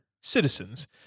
citizens